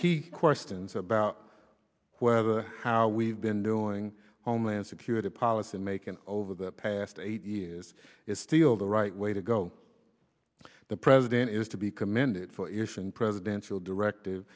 key questions about whether how we've been doing homeland security policy making over the past eight years is still the right way to go the president is to be commended for ishan presidential directive